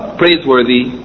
praiseworthy